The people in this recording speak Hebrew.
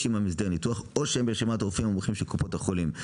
עימם הסדר ניתוח או שהם ברשימת הרופאים המומחים של קופות החולים.